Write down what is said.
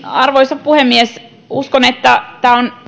arvoisa puhemies uskon että tämä on